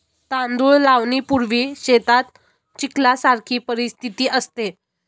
तांदूळ लावणीपूर्वी शेतात चिखलासारखी परिस्थिती असते